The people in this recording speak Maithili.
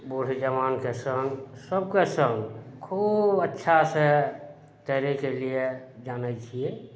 बूढ़ जवानके सङ्ग सभके सङ्ग खूब अच्छासँ तैरयके लिये जानय छियै